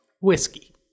whiskey